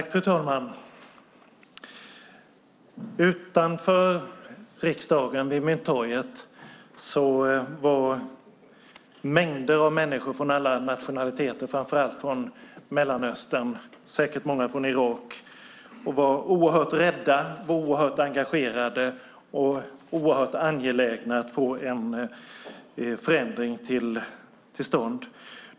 Fru talman! Utanför Riksdagshuset vid Mynttorget var det mängder av människor av olika nationaliteter, framför allt från Mellanöstern och säkert många från Irak. De var oerhört rädda, oerhört engagerade och oerhört angelägna om att få en förändring till stånd.